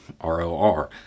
ROR